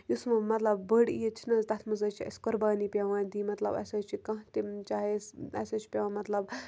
یُس وٕ مطلب بٔڑ عیٖد چھِ نہ حظ تَتھ منٛز حظ چھِ اَسہِ قُربانی پٮ۪وان دِنۍ مطلب اَسہِ حظ چھِ کانٛہہ تہِ چاہے اَسہِ حظ چھِ پٮ۪وان مطلب